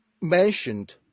mentioned